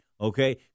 Okay